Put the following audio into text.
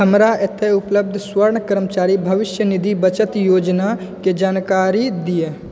हमरा एतऽ उपलब्ध स्वर्ण कर्मचारी भविष्य निधि बचत योजनाके जानकारी दिअ